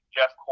Jeff